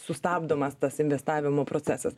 sustabdomas tas investavimo procesas